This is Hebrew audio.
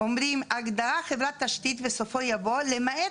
אומרים "הגדרת חברת תשתית בסופו יבוא "למעט